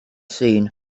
seen